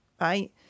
right